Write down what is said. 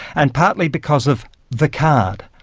and partly because of the card.